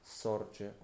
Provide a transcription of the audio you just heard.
sorge